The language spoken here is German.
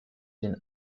den